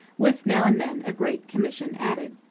with now and then a great commission added.